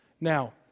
Now